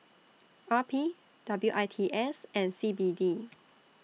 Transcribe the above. R P W I T S and C B D